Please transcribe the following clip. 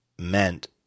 meant